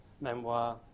memoir